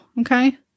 Okay